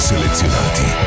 selezionati